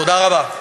תודה רבה.